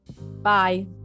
bye